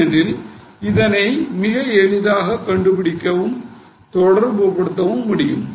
ஏனெனில் இதனை மிக எளிதாக கண்டு பிடிக்கவும் தொடர்புபடுத்தவும் முடியும்